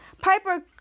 Piper